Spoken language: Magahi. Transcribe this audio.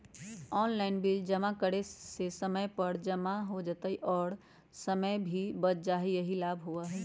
ऑनलाइन बिल जमा करे से समय पर जमा हो जतई और समय भी बच जाहई यही लाभ होहई?